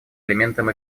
элементом